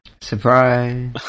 surprise